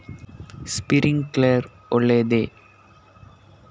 Sprinkler ಒಳ್ಳೇದೇ?